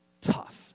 tough